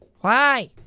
why?